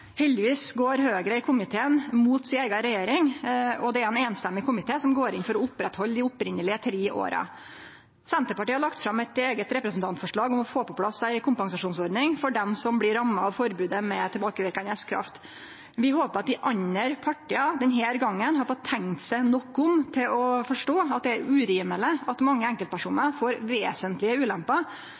Heldigvis går Høgre i komiteen mot si eiga regjering, og det er ein samrøystes komité som går inn for å oppretthalde dei opphavlege tre åra. Senterpartiet har lagt fram eit eige representantforslag om å få på plass ei kompensasjonsordning for dei som blir ramma av forbodet med tilbakeverkande kraft. Vi håpar at dei andre partia denne gongen har fått tenkt seg nok om til å forstå at det er urimeleg at mange enkeltpersonar får vesentlege ulemper